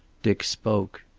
dick spoke.